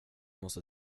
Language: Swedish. måste